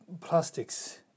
plastics